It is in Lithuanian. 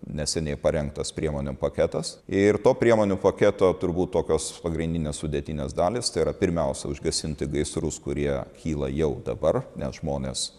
neseniai parengtas priemonių paketas ir to priemonių paketo turbūt tokios pagrindinės sudėtinės dalys tai yra pirmiausia užgesinti gaisrus kurie kyla jau dabar nes žmonės